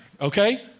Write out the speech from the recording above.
okay